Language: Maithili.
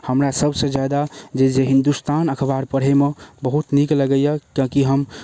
हमरा सबसँ जादा जे जे हिन्दुस्तान अखबार पढ़ैमे बहुत नीक लगै यऽ किएक कि हम